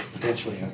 potentially